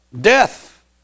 Death